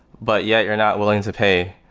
but yet, you're not willing to pay,